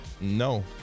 No